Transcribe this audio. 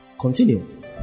Continue